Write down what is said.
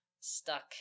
Stuck